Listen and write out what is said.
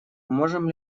можем